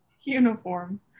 uniform